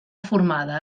formada